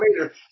later